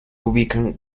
ubican